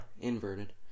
inverted